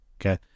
Okay